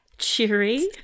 cheery